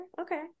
Okay